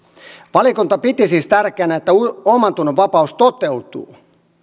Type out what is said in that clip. valiokunta piti siis tärkeänä että omantunnonvapaus toteutuu